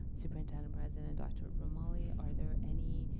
superintendent-president dr. romali, are there any